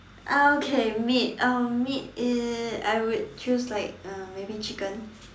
okay meat um meat uh I would choose like um maybe chicken